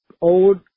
old